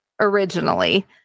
originally